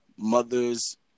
Mothers